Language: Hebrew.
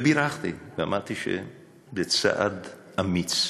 בירכתי ואמרתי שזה צעד אמיץ.